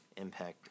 impact